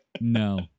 No